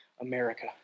America